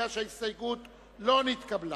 לא נתקבלה.